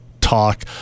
talk